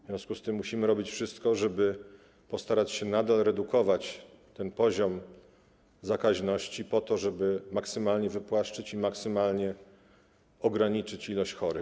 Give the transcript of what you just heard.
W związku z tym musimy robić wszystko, żeby postarać się nadal redukować poziom zakaźności - po to, żeby maksymalnie wypłaszczyć i maksymalnie ograniczyć liczbę chorych.